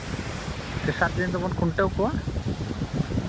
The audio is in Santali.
ᱛᱮᱥᱟᱨ ᱫᱤᱱ ᱫᱚᱵᱚᱱ ᱠᱷᱩᱱᱴᱟᱹᱣ ᱠᱚᱣᱟ